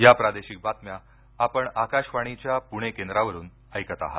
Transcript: या प्रादेशिक बातम्या आपण आकाशवाणीच्या प्णे केंद्रावरून ऐकत आहात